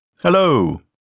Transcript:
Hello